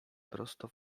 prosto